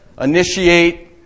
initiate